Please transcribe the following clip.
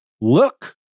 look